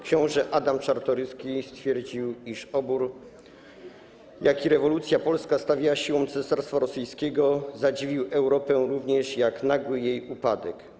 Książę Adam Czartoryski stwierdził, iż opór, jaki rewolucja polska stawiła siłom Cesarstwa Rosyjskiego, zadziwił Europę, jak również nagły jej upadek.